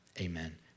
amen